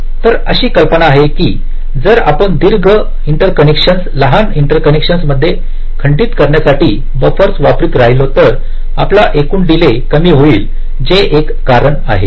तर अशी कल्पना आहे की जर आपण दीर्घ इंटरकनेक्शन लहान इंटरकनेक्शन मध्ये खंडित करण्यासाठी बफरस वापरत राहिलो तर आपले एकूण डीले कमी होईल जे एक कारण आहे